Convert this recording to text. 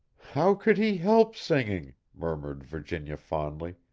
how could he help singing, murmured virginia, fondly.